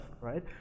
right